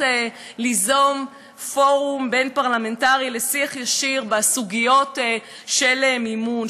ליזום פורום בין-פרלמנטרי לשיח ישיר בסוגיות של מימון,